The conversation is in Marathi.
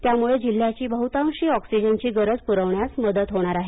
यामुळे जिल्ह्याची बहुतांशी ऑक्सिजनची गरज पुरविण्यास मदत होणार आहे